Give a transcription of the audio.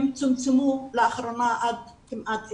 הם צומצמו לאחרונה עד כמעט אפס.